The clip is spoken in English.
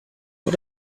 but